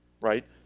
right